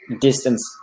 distance